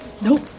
Nope